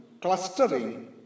clustering